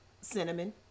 cinnamon